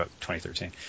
2013